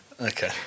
Okay